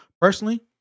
personally